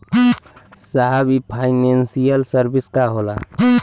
साहब इ financial service का होला?